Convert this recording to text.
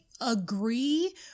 agree